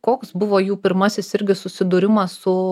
koks buvo jų pirmasis irgi susidūrimas su